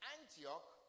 Antioch